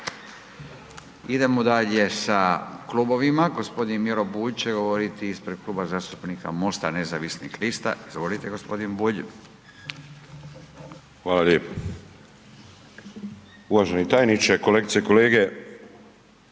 Idemo dalje po klubovima. Gospodin Miro Bulj će govoriti ispred Kluba zastupnika Mosta nezavisnih lista. Izvolite gospodin Bulj. **Bulj, Miro (MOST)** Hvala lijepo. Uvaženi tajniče, kolegice i kolege,